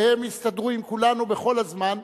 והם הסתדרו עם כולנו כל הזמן.